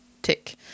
tick